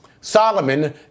Solomon